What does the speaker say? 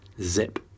zip